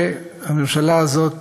שהממשלה הזאת